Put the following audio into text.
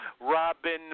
Robin